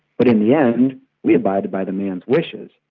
but in the end we abided by the man's wishes.